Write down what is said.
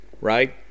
right